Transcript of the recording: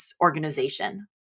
organization